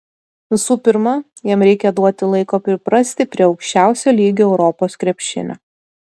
visų pirma jam reikia duoti laiko priprasti prie aukščiausio lygio europos krepšinio